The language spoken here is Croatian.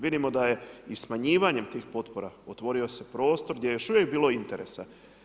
Vidimo da je i smanjivanjem tih potpora, otvorio se prostor gdje je još uvijek bilo interesa.